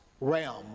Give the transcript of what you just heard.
realm